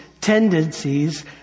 tendencies